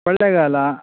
Kollegal